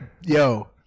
Yo